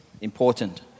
important